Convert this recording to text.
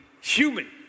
human